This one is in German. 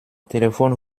telefon